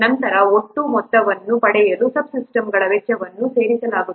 ನಂತರ ಒಟ್ಟು ಮೊತ್ತವನ್ನು ಪಡೆಯಲು ಸಬ್ ಸಿಸ್ಟಮ್ಗಳ ವೆಚ್ಚವನ್ನು ಸೇರಿಸಲಾಗುತ್ತದೆ